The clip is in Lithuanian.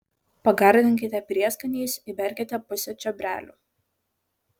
pagardinkite prieskoniais įberkite pusę čiobrelių